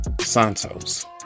Santos